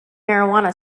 marijuana